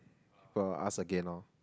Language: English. will ask again lor